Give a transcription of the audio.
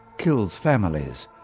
kills families,